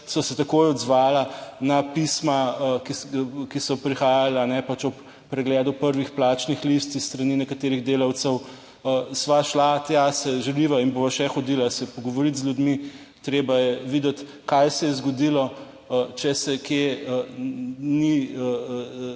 sva se takoj odzvala na pisma, ki so prihajala pač ob pregledu prvih plačnih listin s strani nekaterih delavcev, sva šla tja, se želiva in bova še hodila se pogovoriti z ljudmi. Treba je videti, kaj se je zgodilo, če se kje ni,